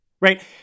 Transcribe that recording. right